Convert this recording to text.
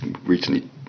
recently